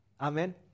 amen